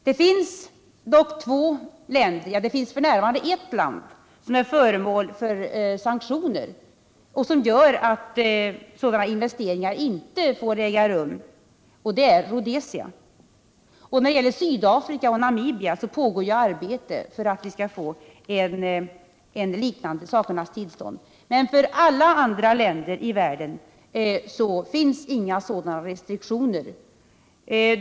Det är dock ett land som är föremål för sanktioner som gör att sådana investeringar inte får äga rum, och det är Rhodesia. När det gäller Sydafrika och Namibia pågår arbete för att vi skall få ett liknande sakernas tillstånd, men inte för något annat land i världen finns sådana restriktioner.